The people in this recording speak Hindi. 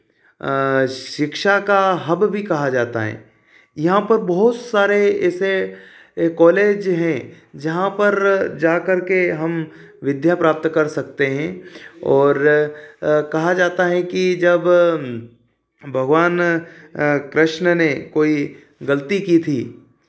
शिक्षा का हब भी कहा जाता है यहाँ पर बहुत सारे ऐसे कॉलेज हैं जहाँ पर जाकर के हम विद्या प्राप्त कर सकते हैं और कहा जाता है कि जब भगवान कृष्ण ने कोई गलती की थी